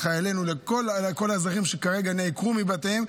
לכל האזרחים שכרגע נעקרו מבתיהם,